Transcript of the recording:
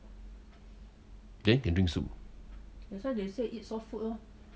then can drink soup